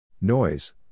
Noise